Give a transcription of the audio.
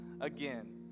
again